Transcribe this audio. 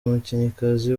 umukinnyikazi